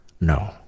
No